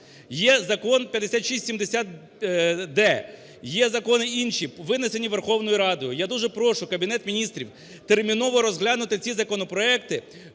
Є Закон 5670-д, є закони і інші, винесені Верховною Радою. Я дуже прошу Кабінет Міністрів терміново розглянути ці законопроекти,